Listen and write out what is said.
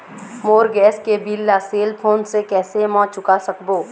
मोर gas के bill ला cell phone से कैसे म चुका सकबो?